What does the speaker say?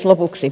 lopuksi